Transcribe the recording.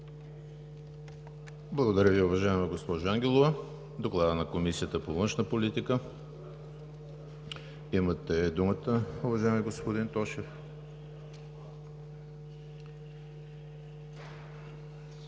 Благодаря Ви, уважаема госпожо Ангелова. Доклад на Комисията по външна политика. Имате думата, уважаеми господин Тошев.